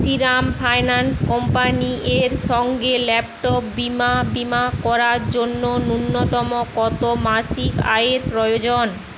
Shriram finance কোম্পানির সঙ্গে laptop বীমা বীমা করার জন্য ন্যূনতম কত মাসিক আয়ের প্রয়োজন